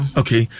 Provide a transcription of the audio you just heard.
okay